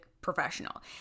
professional